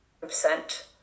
percent